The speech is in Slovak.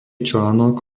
článok